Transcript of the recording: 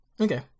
Okay